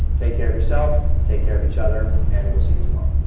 take care of yourself, take care of each other, and we'll see you tomorrow.